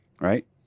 right